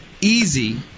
easy